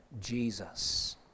Jesus